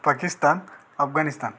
Pakistan Afghanistan